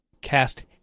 cast